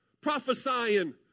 Prophesying